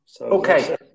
Okay